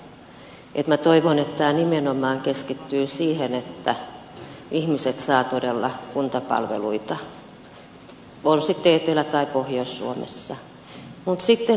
minä toivon että tämä nimenomaan keskittyy siihen että ihmiset saavat todella kuntapalveluita ollaan sitten etelä tai pohjois suomessa